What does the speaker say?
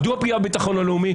מדוע פגיעה בביטחון הלאומי?